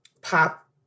pop